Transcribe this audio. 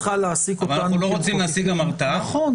עבירת נשק ועבירת יידוי אבנים,